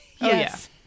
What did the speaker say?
Yes